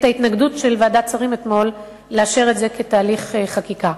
ההתנגדות של ועדת שרים אתמול לאשר את זה כתהליך חקיקה.